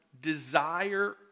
desire